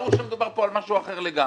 ברור שמדובר כאן על משהו אחר לגמרי.